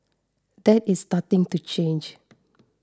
that is starting to change